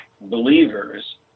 believers